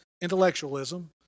intellectualism